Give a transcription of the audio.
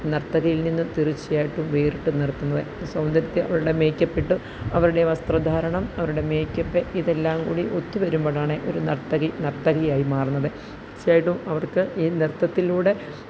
നർത്തകിയിൽ നിന്നും തീർച്ചയായിട്ടും വേറിട്ട് നിർത്തുന്നത് സൗന്ദര്യത്തെ അവരുടെ മേക്കപ്പിട്ടും അവരുടെ വസ്ത്രധാരണം അവരുടെ മേക്കപ്പ് ഇതെല്ലാം കൂടി ഒത്തു വരുമ്പോഴാണ് ഒരു നർത്തകി ഒരു നർത്തകിയായി മാറുന്നത് തീർച്ചയായും അവർക്ക് ഈ നൃത്തത്തിലൂടെ